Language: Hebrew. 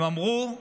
הם אמרו: